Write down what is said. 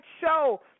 show